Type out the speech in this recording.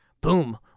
Boom